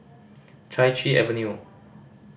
Chai Chee Avenue